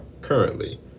currently